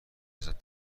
ازت